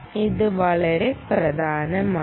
ഇത് വളരെ പ്രധാനമാണ്